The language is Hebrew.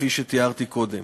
כפי שתיארתי קודם.